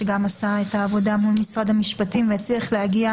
שגם עשה את העבודה מול משרד המשפטים והצליח להגיע